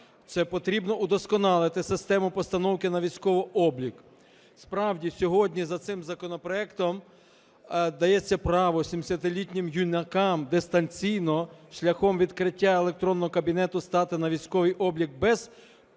Це потрібно удосконалити систему постановки на військовий облік. Справді, сьогодні за цим законопроектом дається право 17-літнім юнакам дистанційно, шляхом відкриття електронного кабінету стати на військовий облік без